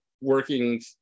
Working